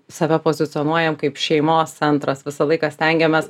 save pozicionuojam kaip šeimos centras visą laiką stengiamės